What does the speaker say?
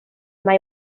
mae